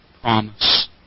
promise